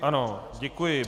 Ano, děkuji.